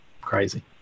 Crazy